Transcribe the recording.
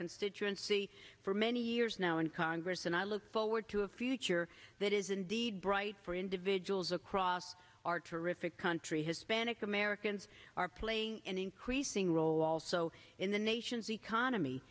constituency for many years now in congress and i look forward to a future that is indeed bright for individuals across our terrific country hispanic americans are playing an increasing role also in the nation's economy